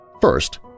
First